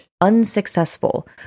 unsuccessful